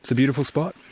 so beautiful spot.